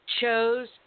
chose